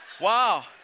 Wow